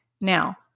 Now